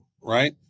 right